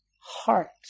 heart